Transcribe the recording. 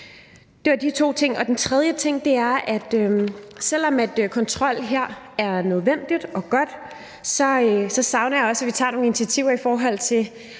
Det var de to ting. Og den tredje ting er, at selv om kontrol her er nødvendigt og godt, savner jeg, at vi også tager nogle initiativer i forhold til